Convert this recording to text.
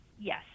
yes